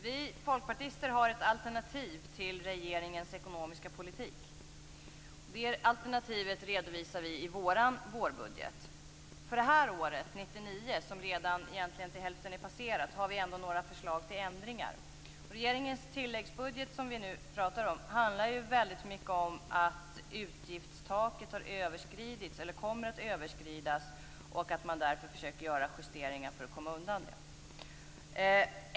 Vi folkpartister har ett alternativ till regeringens ekonomiska politik. Det alternativet redovisar vi i vår vårbudget. För det här året 1999, som egentligen till hälften är passerat, har vi några förslag till ändringar. Regeringens tilläggsbudget som vi diskuterar handlar väldigt mycket om att utgiftstaket kommer att överskridas och att man därför försöker göra justeringar för att komma undan det.